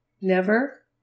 Never